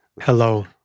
Hello